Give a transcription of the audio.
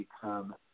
become